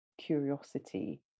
curiosity